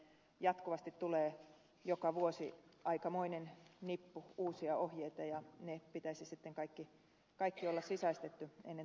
jatkuvasti tulee joka vuosi aikamoinen nippu uusia ohjeita ja niiden pitäisi sitten kaikkien olla sisäistetyt ennen tukihakujen alkua